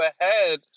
ahead